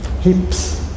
hips